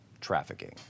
trafficking